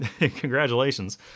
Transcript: Congratulations